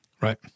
Right